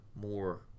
more